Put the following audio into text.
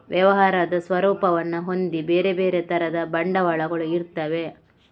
ವ್ಯವಹಾರದ ಸ್ವರೂಪವನ್ನ ಹೊಂದಿ ಬೇರೆ ಬೇರೆ ತರದ ಬಂಡವಾಳಗಳು ಇರ್ತವೆ